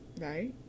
Right